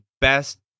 best